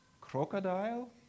crocodile